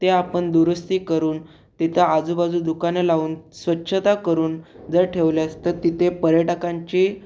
ते आपण दुरुस्ती करून तिथं आजूबाजू दुकानं लावून स्वच्छता करून जर ठेवल्यास तर तिथे पर्यटकांची